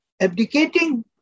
abdicating